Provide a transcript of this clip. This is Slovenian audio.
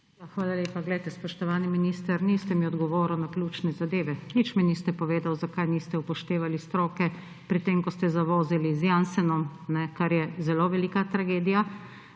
hvala lepa. Spoštovani minister, niste mi odgovorili na ključne zadeve. Nič mi niste povedali, zakaj niste upoštevali stroke pri tem, ko ste zavozili z Janssenom, kar je zelo velika tragedija.